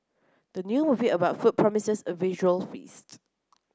the new movie about food promises a visual feast